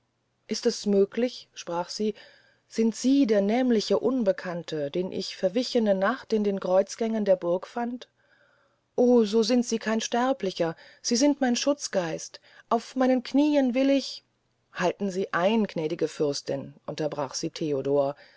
ist es möglich sprach sie sind sie der nämliche unbekannte den ich verwichene nacht in den kreuzgängen der burg fand o so sind sie kein sterblicher sie sind mein schutzgeist auf meinen knien will ich halten sie ein gnädige fürstin unterbrach sie theodor